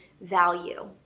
value